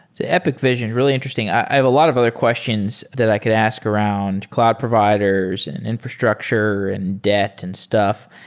it's an epic vision. really interesting. i have a lot of other questions that i could ask around cloud providers, and infrastructure, and debt and stuff.